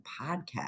podcast